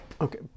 Okay